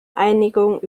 einigung